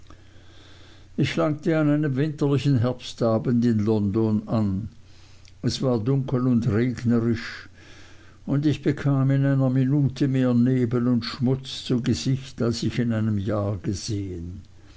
ich langte an einem winterlichen herbstabend in london an es war dunkel und regnerisch und ich bekam in einer minute mehr nebel und schmutz zu gesicht als ich in einem jahr gesehen